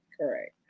Correct